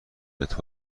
متر